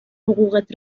حقوقت